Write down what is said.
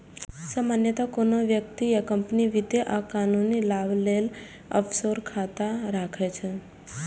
सामान्यतः कोनो व्यक्ति या कंपनी वित्तीय आ कानूनी लाभ लेल ऑफसोर खाता राखै छै